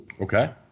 Okay